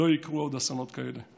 לא יקרו עוד אסונות כאלה.